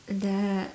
the